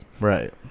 Right